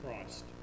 christ